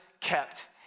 kept